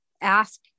ask